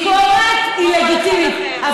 ביקורת היא לגיטימית,